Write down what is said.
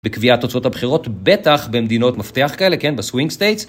בקביעת תוצאות הבחירות בטח במדינות מפתח כאלה, כן? בסווינג סטייטס.